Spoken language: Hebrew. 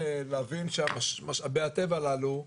להבין שמשאבי הטבע הללו,